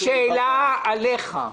שאלה עליך.